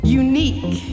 unique